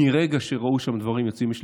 מרגע שראו שם שהדברים יוצאים משליטה,